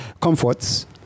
comforts